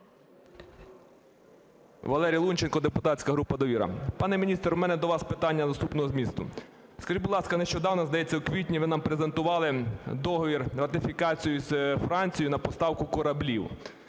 Валерій Лунченко, депутатська група "Довіра". Пане міністре, в мене до вас питання наступного змісту. Скажіть, будь ласка, нещодавно, здається, у квітні, ви нам презентували договір, ратифікацію з Францією на поставку кораблів.